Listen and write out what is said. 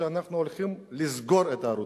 שאנחנו הולכים לסגור את ערוץ-10.